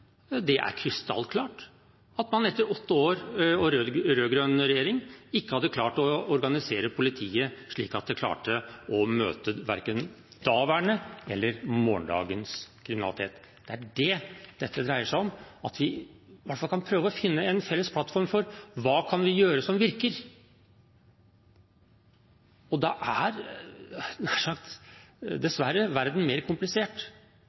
politianalysen, er krystallklart – at man etter åtte år og rød-grønn regjering ikke hadde klart å organisere politiet slik at det klarte å møte verken daværende eller morgendagens kriminalitet. Det er det dette dreier seg om. Vi må i hvert fall prøve å finne en felles plattform for hva vi kan gjøre, som virker. Da er dessverre verden mer komplisert